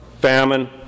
famine